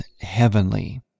heavenly